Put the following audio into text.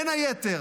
בין היתר,